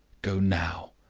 go now.